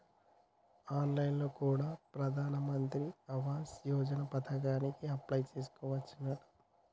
on line లో కూడా ప్రధాన్ మంత్రి ఆవాస్ యోజన పథకానికి అప్లై చేసుకోవచ్చునంట